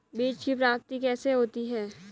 बीज की प्राप्ति कैसे होती है?